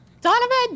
Donovan